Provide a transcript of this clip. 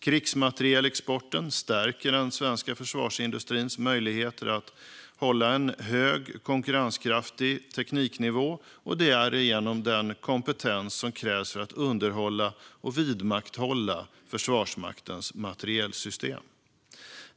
Krigsmaterielexporten stärker den svenska försvarsindustrins möjligheter att hålla en hög konkurrenskraftig tekniknivå och därigenom den kompetens som krävs för att underhålla och vidmakthålla Försvarsmaktens materielsystem.